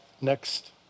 next